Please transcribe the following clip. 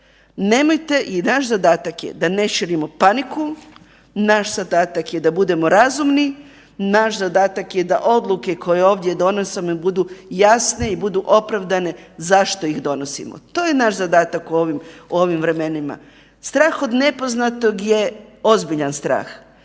nemojte i naš zadatak je da ne širimo paniku, naš zadatak je da budemo razumni, naš zadatak je da odluke koje ovdje donosimo budu jasne i budu opravdane zašto ih donosimo. To je naš zadatak u ovim vremenima. Strah od nepoznatog je ozbiljan strah.